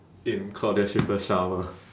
in claudia schiffer's shower